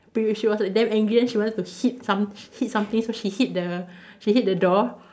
pretty sure she was like damn angry and then she wanted to hit some hit something so she hit the she hit the door